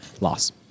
Loss